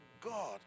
God